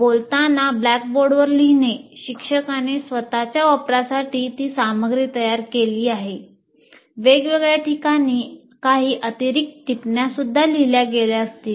बोलताना ब्लॅकबोर्डवर लिहिणे शिक्षकांनी स्वत च्या वापरासाठी ती सामग्री तयार केली आहे वेगवेगळ्या ठिकाणी काही अतिरिक्त टिप्पण्यासुद्धा लिहिल्या गेल्या असतील